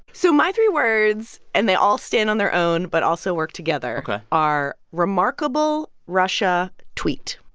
so my three words and they all stand on their own but also work together are remarkable, russia, tweet.